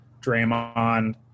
Draymond